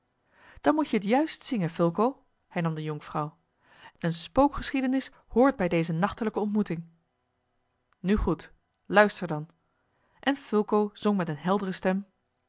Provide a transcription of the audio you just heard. dan moet je het juist zingen fulco hernam de jonkvrouw eene spookgeschiedenis hoort bij deze nachtelijke ontmoeting nu goed luister dan en fulco zong met eene heldere stem